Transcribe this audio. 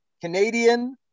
Canadian